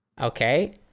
okay